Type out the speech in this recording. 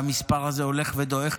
והמספר הזה הולך ודועך,